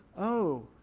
oh,